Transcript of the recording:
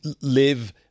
live